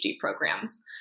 programs